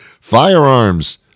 Firearms